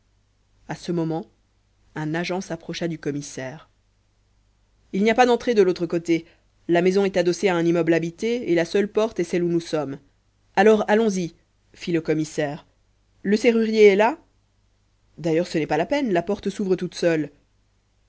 à ce moment un agent s'approcha du commissaire il n'y a pas d'entrée de l'autre côté la maison est adossée à un immeuble habité et la seule porte est celle où nous sommes alors allons-y fit le commissaire le serrurier est là d'ailleurs ce n'est pas la peine la porte s'ouvre toute seule